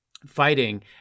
fighting